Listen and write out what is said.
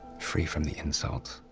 free from the insults,